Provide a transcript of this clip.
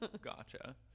Gotcha